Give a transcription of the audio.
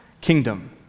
kingdom